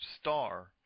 star